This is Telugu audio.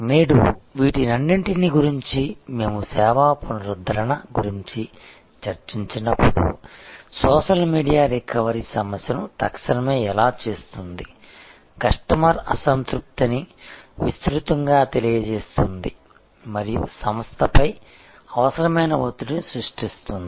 నేడు వీటన్నింటి గురించి మేము సేవా పునరుద్ధరణ గురించి చర్చించినప్పుడు సోషల్ మీడియా రికవరీ సమస్యను తక్షణమే ఎలా చేస్తుంది కస్టమర్ అసంతృప్తిని విస్తృతంగా తెలియజేస్తుంది మరియు సంస్థపై అవసరమైన ఒత్తిడిని సృష్టిస్తుంది